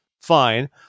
Fine